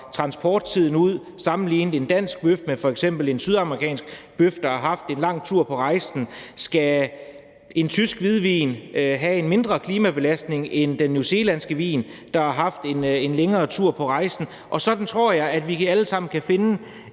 transporttiden ud – hvis vi sammenligner en dansk bøf med f.eks. en sydamerikansk bøf, der har været en lang tur undervejs? Skal en tysk hvidvin have en mindre klimabelastning end den newzealandske vin, der har været en længere tur undervejs? Og sådan tror jeg, at vi alle sammen kan finde